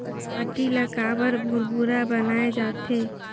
माटी ला काबर भुरभुरा बनाय जाथे?